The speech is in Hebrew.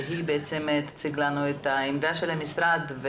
שתציג לנו את עמדת המשרד.